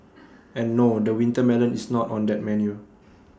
and no the winter melon is not on that menu